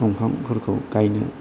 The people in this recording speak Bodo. दंफांफोरखौ गायनो